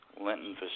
Linton